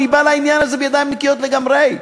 אני בא לעניין הזה בידיים נקיות לגמרי,